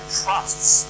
trusts